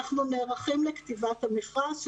נערכים לכתיבת המכרז.